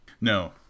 No